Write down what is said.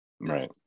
right